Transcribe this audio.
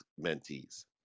mentees